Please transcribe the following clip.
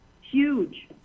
huge